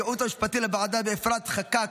הייעוץ המשפטי לוועדה ואפרת חקאק,